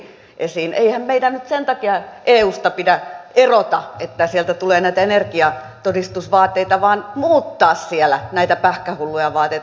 eihän meidän nyt sen takia eusta pidä erota että sieltä tulee näitä energiatodistusvaateita vaan muuttaa siellä näitä pähkähulluja vaateita